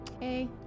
Hey